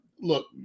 look